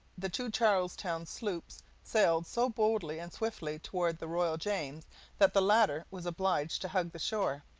the two charles town sloops sailed so boldly and swiftly toward the royal james that the latter was obliged to hug the shore,